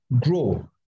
grow